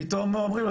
פתאום אומרים לו,